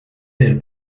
del